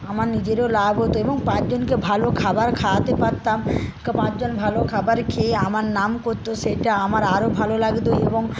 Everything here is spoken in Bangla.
আমার নিজেরও লাভ হত এবং পাঁচজনকে ভালো খাবার খাওয়াতে পারতাম পাঁচজন ভালো খাবার খেয়ে আমার নাম করত সেটা আমার আরও ভালো লাগত এবং